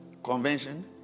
Convention